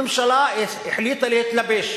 הממשלה החליטה להתלבש,